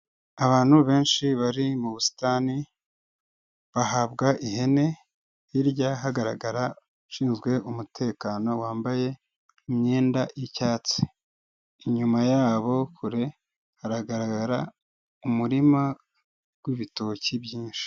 Abantu benshi bari mu busitani bahabwa ihene hirya hagaragara abashinzwe umutekano wambaye imyenda y'icyatsi, inyuma yabo kure haragaragara umurima w'ibitoki byinshi.